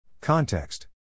Context